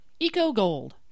EcoGold